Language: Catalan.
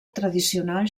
tradicional